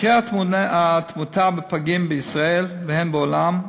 מקרי התמותה בפגים, בישראל ובעולם,